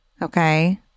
Okay